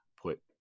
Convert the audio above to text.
put